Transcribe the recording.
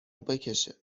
بکشه